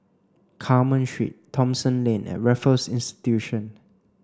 Carmen Street Thomson Lane and Raffles Institution